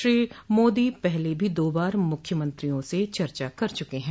श्री मोदी पहले भी दो बार मुख्यमंत्रियों से चर्चा कर चुके हैं